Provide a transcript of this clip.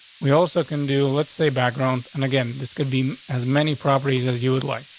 we also conduce, let's say background and again, this could be as many properties as you would like.